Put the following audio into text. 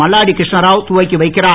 மல்லாடி கிருஷ்ணாராவ் துவக்கி வைக்கிறார்